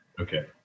Okay